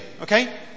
Okay